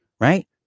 right